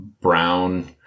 brown